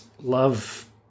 love